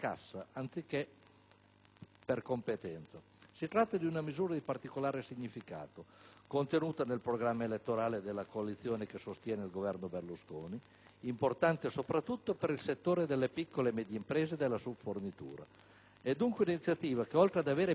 per competenza. Si tratta di una misura di particolare significato contenuta nel programma elettorale della coalizione che sostiene il Governo Berlusconi ed importante soprattutto per il settore delle piccole e medie imprese della subfornitura. È dunque un'iniziativa che oltre ad avere benefici immediati,